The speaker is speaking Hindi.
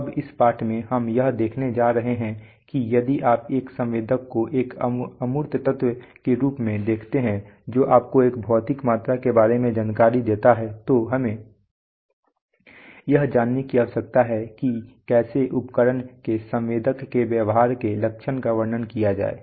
अब इस पाठ में हम यह देखने जा रहे हैं कि यदि आप एक संवेदक को एक अमूर्त तत्व के रूप में देखते हैं जो आपको एक भौतिक मात्रा के बारे में जानकारी देता है तो हमें यह जानने की आवश्यकता है कि कैसे उपकरण के संवेदक के व्यवहार के लक्षण का वर्णन किया जाए